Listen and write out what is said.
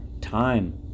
time